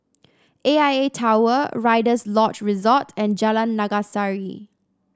A I A Tower Rider's Lodge Resort and Jalan Naga Sari